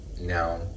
now